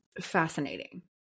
fascinating